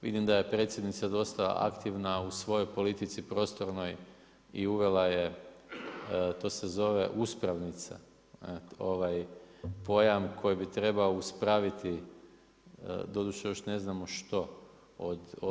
Vidim da je predsjednica, dosta aktivna u svojoj politici prostornoj i uvela je to se zove uspravnica, ovaj, pojam koji bi trebao uspraviti doduše, još ne znamo što.